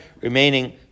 remaining